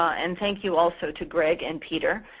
ah and thank you also to gregg and peter.